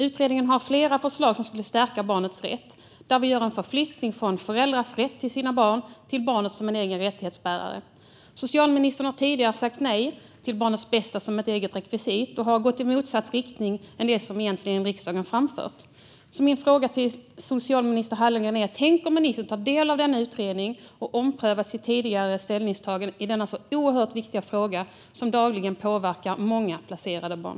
Utredningen har flera förslag som skulle stärka barnets rätt, till exempel en förflyttning av föräldrars rätt till sina barn till att barnet blir en egen rättighetsbärare. Socialministern har tidigare sagt nej till barnet bästa som ett eget rekvisit och har gått i motsatt riktning än det som riksdagen egentligen har framfört. Tänker ministern ta del av denna utredning och ompröva sitt tidigare ställningstagande i denna så oerhört viktiga fråga som dagligen påverkar många placerade barn?